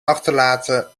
achterlaten